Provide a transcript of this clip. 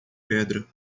pedra